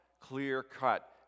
clear-cut